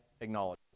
acknowledges